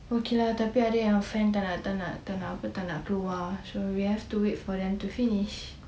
okay lah tapi ada yang fan tak nak tak nak keluar so we have to wait for them to finish